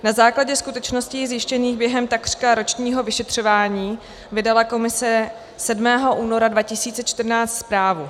Na základě skutečností zjištěných během takřka ročního vyšetřování vydala komise 7. února 2014 zprávu.